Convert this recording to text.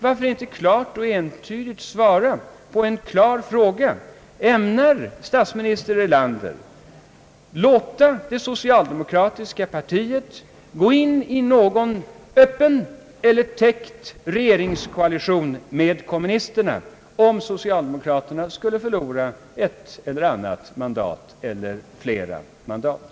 Varför inte klart och entydigt svara på en klar fråga: Ämnar statsminister Erlander låta det socialdemokratiska partiet ingå i någon öppen eller täckt regeringskoalition med kommunisterna om socialdemokraterna skulle förlora ett eller annat mandat eller flera mandat?